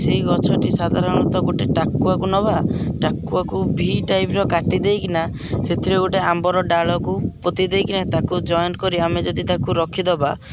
ସେଇ ଗଛଟି ସାଧାରଣତଃ ଗୋଟେ ଟାକୁଆକୁ ନବା ଟାକୁଆକୁ ଭି ଟାଇପର କାଟିଦେଇକିନା ସେଥିରେ ଗୋଟେ ଆମ୍ବର ଡାଳକୁ ପୋତି ଦେଇକିନା ତାକୁ ଜଏଣ୍ଟ କରି ଆମେ ଯଦି ତାକୁ ରଖିଦବା